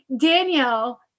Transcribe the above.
danielle